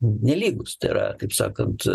nelygus tai yra taip sakant